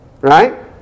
right